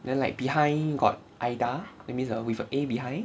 then like behind got aida that means with a A behind